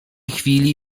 chwili